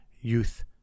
youth